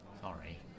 Sorry